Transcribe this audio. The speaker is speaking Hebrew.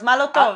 אז מה לא טוב?